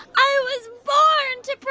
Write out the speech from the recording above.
i was born to